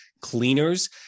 cleaners